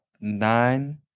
nine